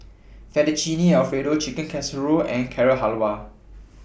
Fettuccine Alfredo Chicken Casserole and Carrot Halwa